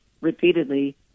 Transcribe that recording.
repeatedly